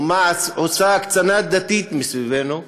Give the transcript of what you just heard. ומה עושה הקצנה דתית מסביבנו,